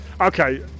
Okay